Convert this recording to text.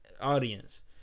audience